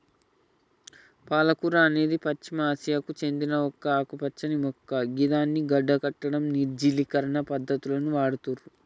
పాలకూర అనేది పశ్చిమ ఆసియాకు సేందిన ఒక ఆకుపచ్చని మొక్క గిదాన్ని గడ్డకట్టడం, నిర్జలీకరణ పద్ధతులకు వాడుతుర్రు